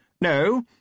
No